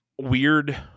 weird